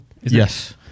Yes